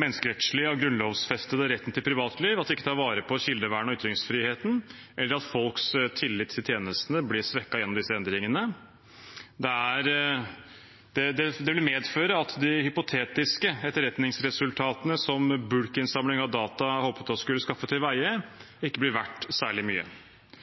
menneskerettslige og grunnlovsfestede retten til privatliv, at vi ikke tar vare på kildevernet og ytringsfriheten, eller at folks tillit til tjenestene blir svekket gjennom disse endringene. Det vil medføre at de hypotetiske etterretningsresultatene som bulkinnsamling av data håpet å skulle skaffe til veie,